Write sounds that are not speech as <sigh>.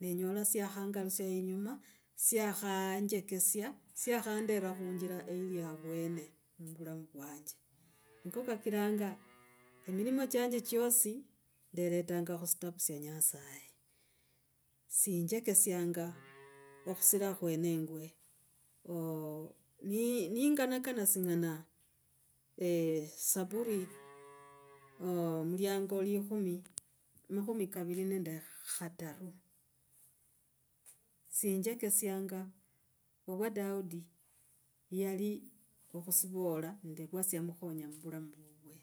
nenyola syakhangalusia yinyuma syakhanjekesia syakhandera khuinjira eyili avwene ni vulamu vwanje. Niko kakiranga emirimo chanje chosi nderetanga khusitavu sya nyasaye. Sinjekesianga okhusira khwe ne ngwe ooh ni ninganakana singana <hesitation> saburi omuliango likhumi makhumi kaviri nende khataru sinjekesianga ovwa oaudi yali okhusivola nende vwa syamukhonya muvulamu vwive